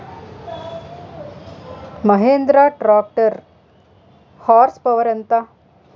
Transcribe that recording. Mahindra tractor horse power ఎంత?